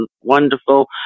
wonderful